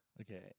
Okay